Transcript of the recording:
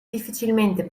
difficilmente